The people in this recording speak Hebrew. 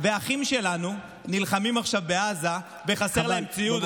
והאחים שלנו נלחמים עכשיו בעזה וחסר להם ציוד?